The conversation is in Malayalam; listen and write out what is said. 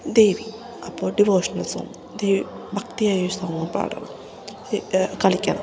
ദേവി അപ്പോൾ ഡിവോഷണൽ സോങ്ങ് ദേവി ഭക്തിയായ ഒരു സോങ്ങ് പാടണം കളിക്കണം